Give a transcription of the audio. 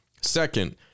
Second